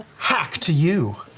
hack to you.